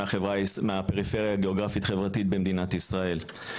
מהפריפריה הגיאוגרפית חברתית במדינת ישראל.